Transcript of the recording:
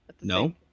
No